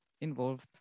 involved